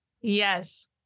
Yes